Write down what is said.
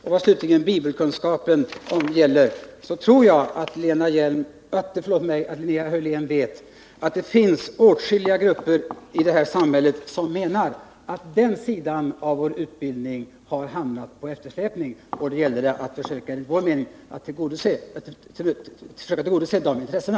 När det gäller bibelkunskapen tror jag att Linnea Hörlén vet att det finns åtskilliga grupper i vårt samhälle som menar att den sidan av vår utbildning har hamnat på efterkälken. Nu gäller det enligt vår mening att försöka tillgodose de intressena.